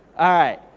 alright,